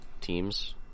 teams